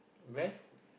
best